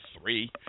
three